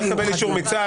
הוא צריך לקבל אישור מצה"ל.